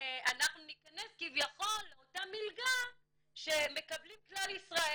ש"אנחנו ניכנס כביכול לאותה מלגה שמקבלים כלל ישראל",